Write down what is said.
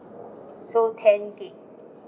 so ten gig